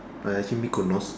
uh actually mikonos